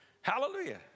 Hallelujah